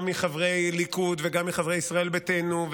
גם מחברי הליכוד וגם מחברי ישראל ביתנו,